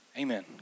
amen